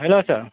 hello sir